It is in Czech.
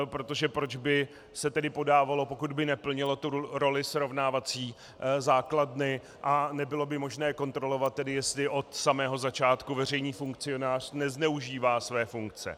Protože proč by se tedy podávalo, pokud by neplnilo roli srovnávací základny a nebylo by možné kontrolovat, jestli od samého začátku veřejný funkcionář nezneužívá své funkce.